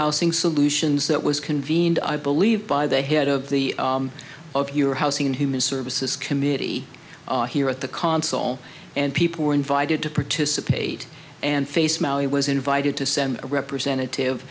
housing solutions that was convened i believe by the head of the of your housing and human services committee here at the console and people were invited to participate and face value was invited to send a representative